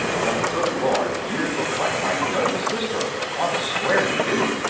but, good lord, you look like my younger sister, on the square you do!